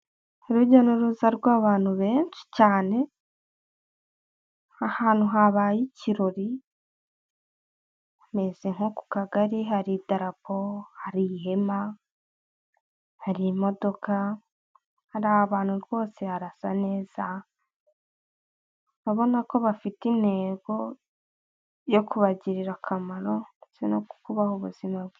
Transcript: Urujya n'uruza rw'abantu benshi cyane, ahantu habaye ikirori hameze nko ku kagari hari darapo, hari ihema, hari imodoka, hari abantu rwose harasa neza, urabona ko bafite intego yo kubagirira akamaro ndetse no kubaha ubuzima bwiza.